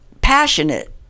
passionate